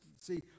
See